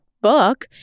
book